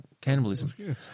cannibalism